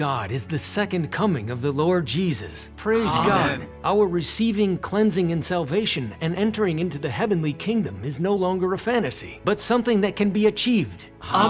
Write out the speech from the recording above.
god is the second coming of the lord jesus proves god our receiving cleansing in celebration and entering into the heavenly kingdom is no longer a fantasy but something that can be achieved h